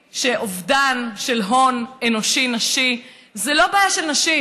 שאובדן של הון אנושי נשי זה לא בעיה של נשים,